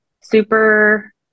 super